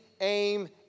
aim